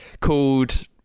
called